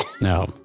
No